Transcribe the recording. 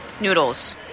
noodles